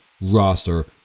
roster